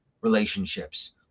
relationships